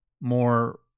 more